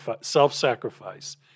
self-sacrifice